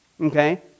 Okay